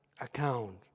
account